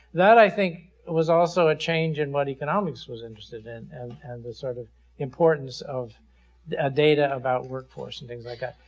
that i think was also a change in what economics was interested in and and the sort of importance of data about workforce and things like ah